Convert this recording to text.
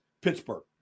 Pittsburgh